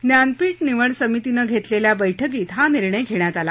ज्ञानपीठ निवड समितीनं घेतलेल्या बैठकीत हा निर्णय घेण्यात आला